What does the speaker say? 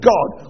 God